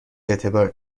اعتبار